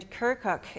Kirkuk